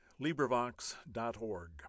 librivox.org